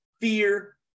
fear